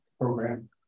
program